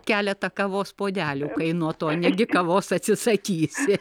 keletą kavos puodelių kainuotų o negi kavos atsisakysi